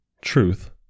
truth